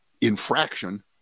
infraction